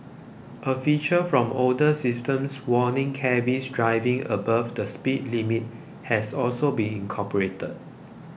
a feature from older systems warning cabbies driving above the speed limit has also been incorporated